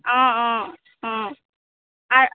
অঁ অঁ অঁ আ